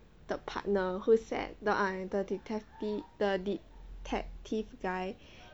the partner who's that the detect~ the detective guy